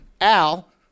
al